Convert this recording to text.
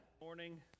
morning